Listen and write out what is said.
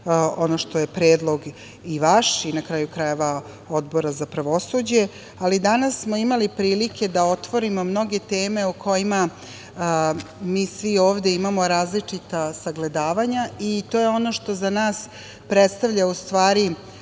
ono što je predlog i vaš i na kraju krajeva Odbora za pravosuđe, ali danas smo imali prilike da otvorimo mnoge teme o kojima mi svi ovde imamo različita sagledavanja i to je ono što za nas predstavlja ustvari